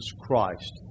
Christ